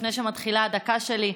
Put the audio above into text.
לפני שמתחילה הדקה שלי,